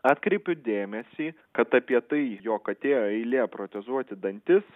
atkreipiu dėmesį kad apie tai jog atėjo eilė protezuoti dantis